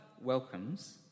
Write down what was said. welcomes